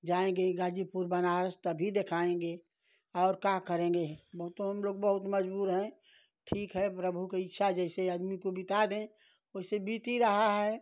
जाएँगे गाज़ीपुर बनारस तभी दिखाएँगे और क्या करेंगे बहुत हमलोग बहुत मज़बूर हैं ठीक है प्रभु की इच्छा जैसे आदमी को बिता दें वैसे बीत ही रही है